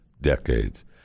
decades